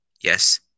Yes